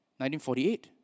1948